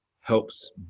helps